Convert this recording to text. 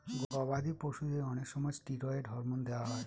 গবাদি পশুদেরকে অনেক সময় ষ্টিরয়েড হরমোন দেওয়া হয়